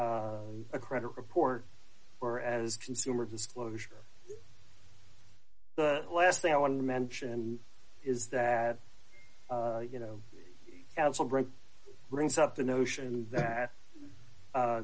a credit report or as consumer disclosure the last thing i want to mention is that you know brings up the notion that